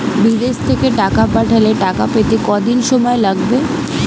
বিদেশ থেকে টাকা পাঠালে টাকা পেতে কদিন সময় লাগবে?